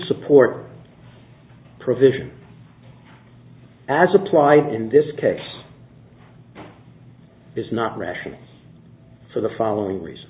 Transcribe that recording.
support provision as applied in this case is not rational for the following reason